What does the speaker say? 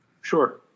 Sure